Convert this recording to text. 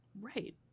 Right